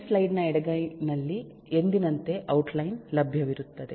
ಪ್ರತಿ ಸ್ಲೈಡ್ನ ಎಡಗೈಯಲ್ಲಿ ಎಂದಿನಂತೆ ಔಟ್ ಲೈನ್ ಲಭ್ಯವಿರುತ್ತದೆ